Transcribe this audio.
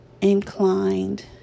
inclined